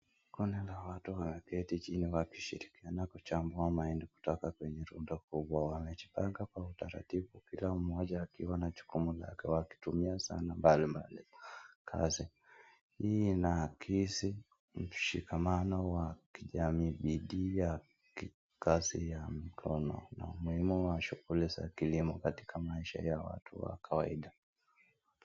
Kuna vile watu walijinafichika wanachambua maende kutoka kwenye rundo kubwa wamechipaka kwa utaratibu kila mmoja akiwa na jukumu lake wakitumia sana mbali mbali kazi hii ina hakisi mshikamano wa kijamii bidii ya kazi ya mkono na umuhimu wa shughuli za kilimo katika maisha ya watu wa kawaida.